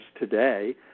today